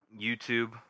YouTube